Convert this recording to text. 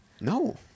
No